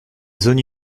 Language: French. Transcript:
zones